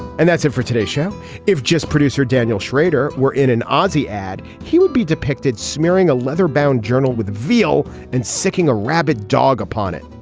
and that's it for today show if just producer daniel schrader were in an aussie ad he would be depicted smearing a leather bound journal with veal and sticking a rabid dog upon it.